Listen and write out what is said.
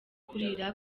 kurira